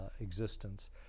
existence